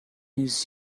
his